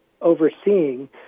overseeing